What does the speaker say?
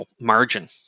margin